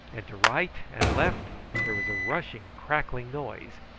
and to right and left there was a rushing crackling noise,